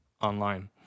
online